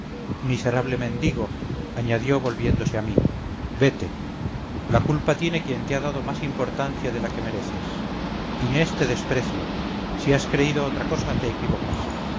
miserable mendigo añadió volviéndose a mí vete la culpa tiene quien te ha dado más importancia de la que mereces inés te desprecia si has creído otra cosa te equivocas